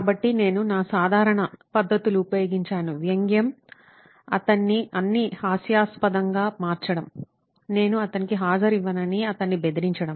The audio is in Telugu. కాబట్టి నేను నా సాధారణ పద్ధతులు ఉపయోగించాను వ్యంగ్యం అతన్ని అన్ని హాస్యాస్పదంగా మార్చడం నేను అతనికి హాజరు ఇవ్వనని అతన్ని బెదిరించడం